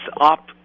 up